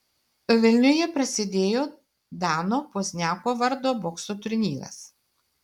vilniuje prasidėjo dano pozniako vardo bokso turnyras